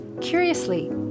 curiously